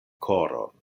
koron